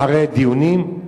אחרי דיונים.